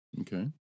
Okay